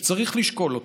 שצריך לשקול אותו,